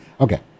Okay